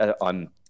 on